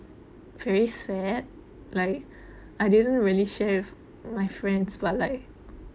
very sad like I didn't really share with my friends but like